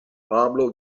pablo